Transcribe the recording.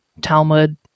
Talmud